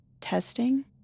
testing